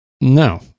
No